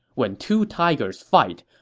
when two tigers fight,